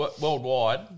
worldwide